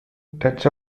touch